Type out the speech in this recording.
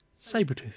Sabretooth